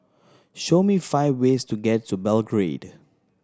show me five ways to get to Belgrade